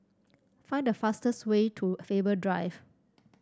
find the fastest way to Faber Drive